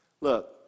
Look